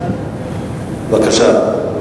בבקשה.